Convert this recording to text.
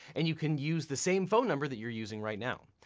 and you can use the same phone number that you're using right now.